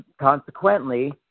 consequently